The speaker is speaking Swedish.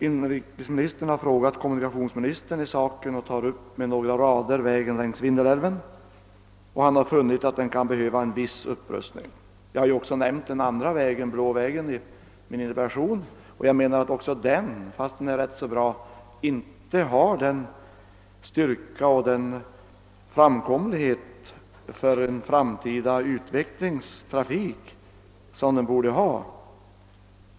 Inrikesministern har frågat kommunikationsministern i saken och berör med några få ord frågan om vägen längs Vindelälven. Han har funnit att den kan behöva en viss upprustning. Jag har också nämnt Blå vägen i min interpellation. Inte heller den vägen har, trots att den är relativt bra, den styrka och framkomlighet för en framtida utvecklingstrafik som den borde ha.